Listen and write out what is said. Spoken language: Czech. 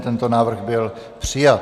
Tento návrh byl přijat.